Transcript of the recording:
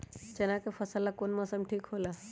चाना के फसल ला कौन मौसम ठीक होला?